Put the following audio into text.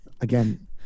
again